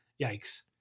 yikes